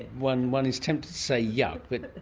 one one is temped to say yuk but.